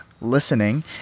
listening